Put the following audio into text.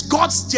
God's